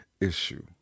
issue